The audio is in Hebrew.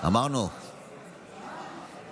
לא הצבעתי.